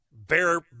Bear